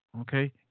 okay